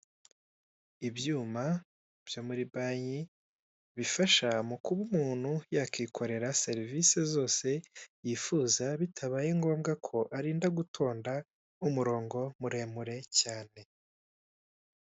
Ibyuma byo muri banki bifasha mukuba umuntu yakikorera serivise zose yifuza bitabaye ngombwa ko arinda gutonda umurongo muremure cyane.